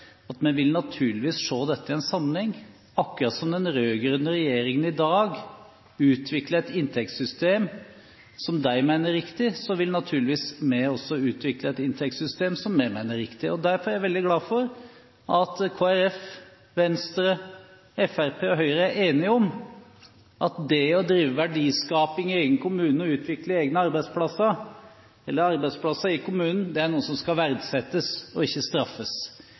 at vi naturligvis vil se dette i en sammenheng. Akkurat som den rød-grønne regjeringen i dag utvikler et inntektssystem som de mener er riktig, vil naturligvis vi også utvikle et inntektssystem som vi mener er riktig. Derfor er jeg veldig glad for at Kristelig Folkeparti, Venstre, Fremskrittspartiet og Høyre er enige om at det å drive verdiskaping i egen kommune og å utvikle arbeidsplasser i kommunen er noe som skal verdsettes, ikke straffes.